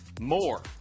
more